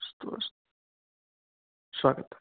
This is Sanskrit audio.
अस्तु अस्तु स्वागतम्